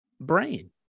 brain